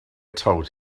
told